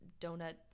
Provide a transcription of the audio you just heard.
donut